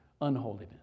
unholiness